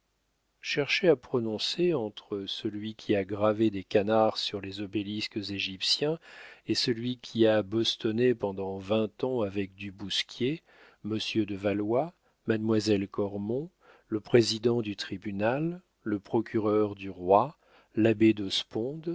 cherchez à prononcer entre celui qui a gravé des canards sur les obélisques égyptiens et celui qui a bostonné pendant vingt ans avec du bousquier monsieur de valois mademoiselle cormon le président du tribunal le procureur du roi l'abbé de